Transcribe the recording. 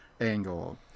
angle